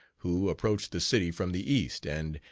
who approached the city from the east, and,